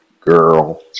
girl